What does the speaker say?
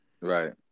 right